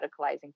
radicalizing